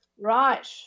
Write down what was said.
right